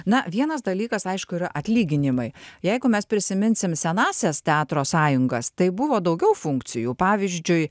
na vienas dalykas aišku yra atlyginimai jeigu mes prisiminsim senąsias teatro sąjungas tai buvo daugiau funkcijų pavyzdžiui